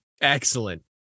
Excellent